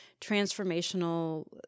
transformational